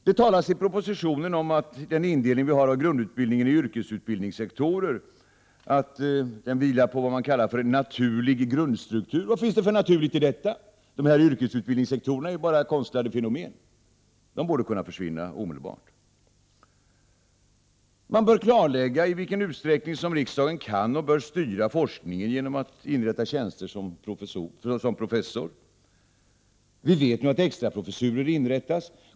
Det talas i propositionen om att indelningen av grundutbildningen i yrkesutbildningssektorer vilar på en naturlig grundstruktur. Vad finns det för naturligt i detta? Dessa yrkesutbildningssektorer är bara konstlade fenomen, och de borde kunna försvinna omedelbart. Det bör klarläggas i vilken utsträckning som riksdagen kan och bör styra forskningen genom att inrätta tjänster som professor. Vi vet att extraprofessurer inrättas.